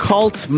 Cult